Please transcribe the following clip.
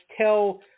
tell